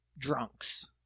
drunks